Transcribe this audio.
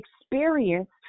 experience